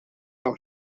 hawn